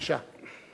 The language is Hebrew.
בבקשה.